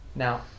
Now